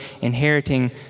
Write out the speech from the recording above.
inheriting